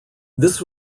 this